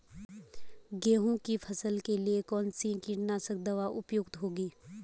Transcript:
गेहूँ की फसल के लिए कौन सी कीटनाशक दवा उपयुक्त होगी?